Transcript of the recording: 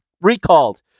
recalled